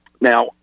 Now